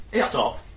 Stop